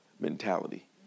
mentality